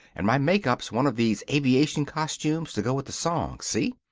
and my make-up's one of these aviation costumes to go with the song, see?